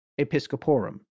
Episcoporum